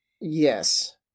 Yes